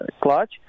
clutch